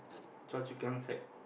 Choa-Chu-Kang side